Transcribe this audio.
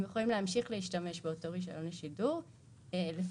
הם יכולים להמשיך להשתמש באותו רישיון לשידור לפי